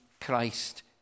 Christ